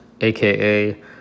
aka